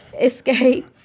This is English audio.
Escape